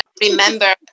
remember